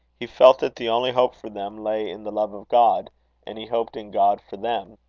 he felt that the only hope for them lay in the love of god and he hoped in god for them.